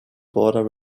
border